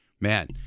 Man